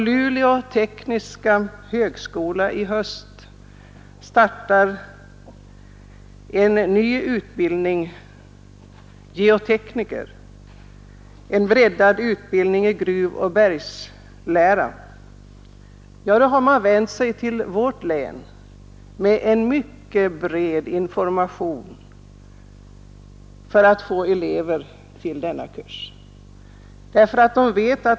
Luleå tekniska högskola, som i höst startar en ny utbildning till geotekniker — en breddad utbildning i gruvoch bergslära — har nämligen nu vänt sig till vårt län med en mycket bred information i avsikt att få elever till dessa kurser.